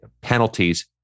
penalties